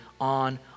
on